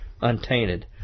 untainted